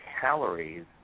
calories